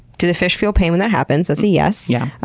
do the fish feel pain when that happens? that's a yes. yeah.